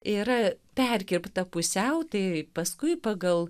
yra perkirpta pusiau tai paskui pagal